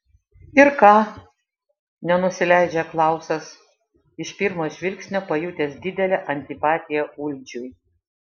ir ką nenusileidžia klausas iš pirmo žvilgsnio pajutęs didelę antipatiją uldžiui